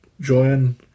join